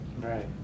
Right